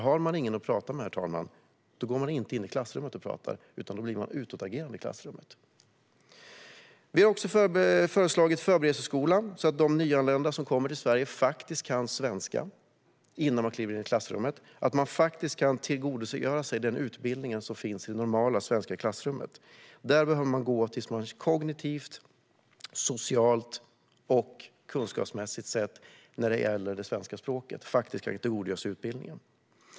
Har man ingen att tala med går man inte in i klassrummet och pratar, utan då blir man utåtagerande i klassrummet. Vi har också föreslagit förberedelseskola, så att de nyanlända som kommer till Sverige faktiskt kan svenska innan de kliver in i klassrummet och att de faktiskt kan tillgodogöra sig den utbildning som ges i det normala svenska klassrummet. Där behöver man gå tills man kognitivt, socialt och kunskapsmässigt när det gäller det svenska språket faktiskt kan tillgodogöra sig utbildningen.